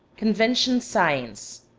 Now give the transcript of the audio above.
conventional signs.